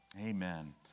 Amen